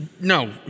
No